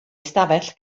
ystafell